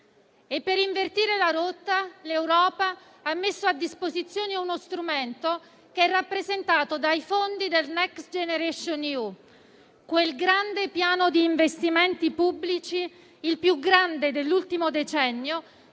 e, per farlo, l'Europa ha messo a disposizione uno strumento che è rappresentato dai fondi del Next generation EU, quel grande piano di investimenti pubblici - il più grande dell'ultimo decennio